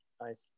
Nice